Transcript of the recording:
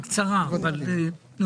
בקצרה ואתן גם